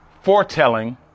foretelling